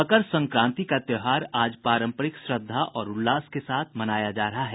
मकर संक्रांति का त्योहार आज पारंपरिक श्रद्धा और उल्लास के साथ मनाया जा रहा है